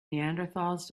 neanderthals